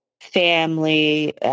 family